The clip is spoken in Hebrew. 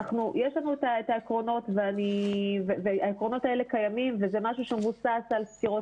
יש לנו את העקרונות וזה משהו שמבוסס על סקירות